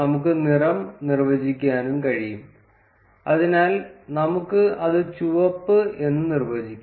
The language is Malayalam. നമുക്ക് നിറം നിർവചിക്കാനും കഴിയും അതിനാൽ നമുക്ക് അത് ചുവപ്പ് എന്ന് നിർവചിക്കാം